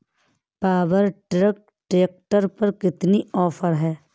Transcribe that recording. Power track tractor पर कितना offer है?